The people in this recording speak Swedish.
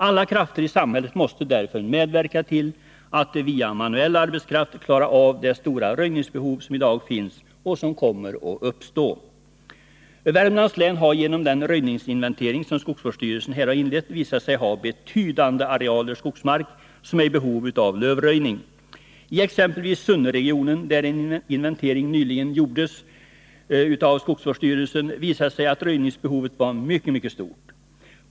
Alla krafter i samhället måste därför medverka till att via manuell arbetskraft klara av det stora röjningsbehov som i dag finns och som kommer att uppstå. Värmlands län har genom den röjningsinventering som skogsvårdsstyrelsen inlett visat sig ha betydande arealer skogsmark som är i behov av lövröjning. I exempelvis Sunneregionen, där en inventering nyligen gjordes av skogsvårdsstyrelsen, visade det sig att röjningsbehovet var mycket stort.